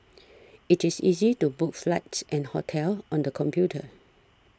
it is easy to book flights and hotels on the computer